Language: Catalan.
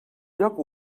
lloc